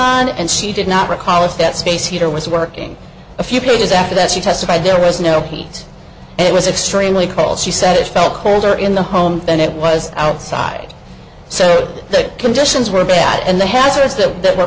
on and she did not recall if that space heater was working a few days after that she testified there was no heat it was extremely cold she said it fell colder in the home than it was outside so the conditions were bad and the ha